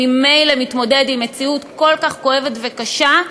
שממילא מתמודד עם מציאות כל כך כואבת וקשה,